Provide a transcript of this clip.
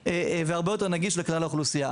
והרבה יותר נגיש לכלל האוכלוסייה,